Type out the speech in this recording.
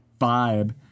vibe